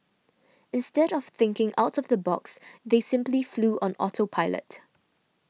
instead of thinking out of the box they simply flew on auto pilot